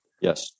Yes